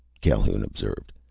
calhoun observed,